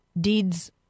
deeds